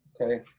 Okay